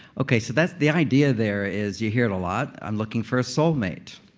okay. so that's, the idea there is, you hear it a lot. i'm looking for a soulmate.